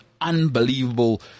unbelievable